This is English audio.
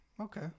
Okay